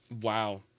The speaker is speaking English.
Wow